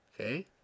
okay